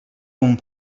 bon